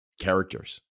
characters